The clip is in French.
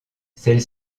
celle